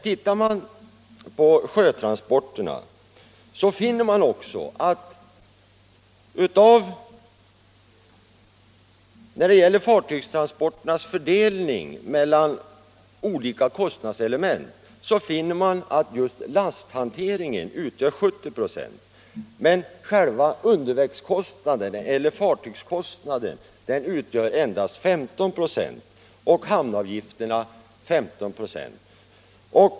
Ser man på fördelningen mellan olika kostnadselement i sjötransporterna finner man, att lasthanteringen utgör 70 96 men att undervägseller fartygskostnaden utgör endast 15 96 och hamnavgifterna 15 96.